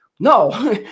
No